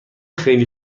خیلی